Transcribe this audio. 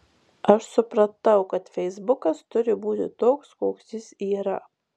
aš supratau kad feisbukas turi būti toks koks jis yra